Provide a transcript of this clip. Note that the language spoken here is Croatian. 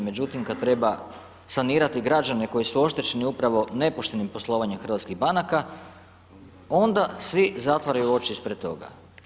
Međutim kada treba sanirati građane koji su oštećeni upravo nepoštenim poslovanjem hrvatskih banaka onda svi zatvaraju oči ispred toga.